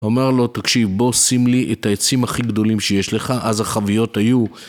אומר לו תקשיב בוא שים לי את העצים הכי גדולים שיש לך אז החביות היו